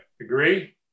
agree